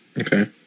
Okay